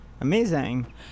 Amazing